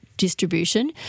distribution